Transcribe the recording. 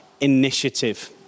Initiative